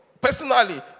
Personally